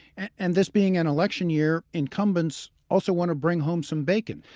and and this being an election year, incumbents also want to bring home some bacon.